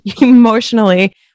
emotionally